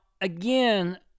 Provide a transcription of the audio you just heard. again